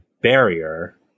barrier